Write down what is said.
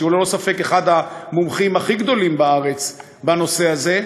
שהוא ללא ספק אחד המומחים הכי גדולים בארץ בנושא הזה,